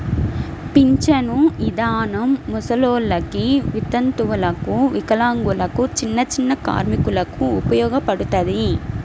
పింఛను ఇదానం ముసలోల్లకి, వితంతువులకు, వికలాంగులకు, చిన్నచిన్న కార్మికులకు ఉపయోగపడతది